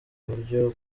buryo